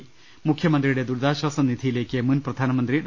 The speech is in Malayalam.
രദേഷ്ടെടു മുഖ്യമന്ത്രിയുടെ ദുരിതാശ്ചാസ നിധിയിലേക്ക് മുൻ പ്രധാനമന്ത്രി ഡോ